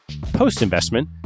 Post-investment